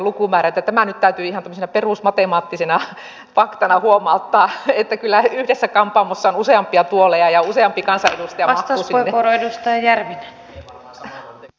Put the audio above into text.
tämä nyt täytyy ihan tämmöisenä perusmatemaattisena faktana huomauttaa että kyllä yhdessä kampaamossa on useampia tuoleja ja useampi kansanedustaja mahtuu sinne